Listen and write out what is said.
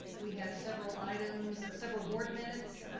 we have several items, several board minutes